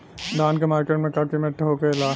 धान क मार्केट में का कीमत होखेला?